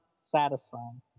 satisfying